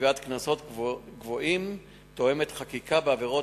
קביעת קנסות גבוהים תואמת חקיקה בעבירות